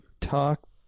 talk